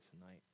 tonight